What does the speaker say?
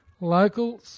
Local